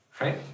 Right